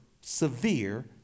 severe